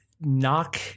knock